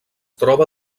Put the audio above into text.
troba